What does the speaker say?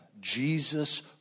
Jesus